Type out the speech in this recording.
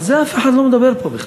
ועל זה אף אחד לא מדבר פה בכלל.